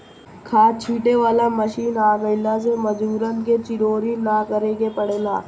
खाद छींटे वाला मशीन आ गइला से मजूरन के चिरौरी ना करे के पड़ेला